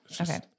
Okay